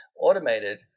automated